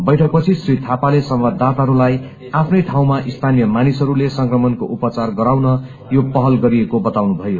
बैठक पछि श्री थापाले संवाददाताहरूलाई आफ्नै ठाउँमा स्थानीय मानिसहरूले संक्रमणको उपचार गराउन यो पहल गरिएको बताउनु भयो